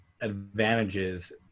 advantages